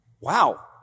Wow